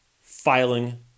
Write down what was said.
filing